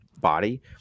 body